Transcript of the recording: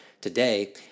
today